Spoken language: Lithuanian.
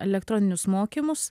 elektroninius mokymus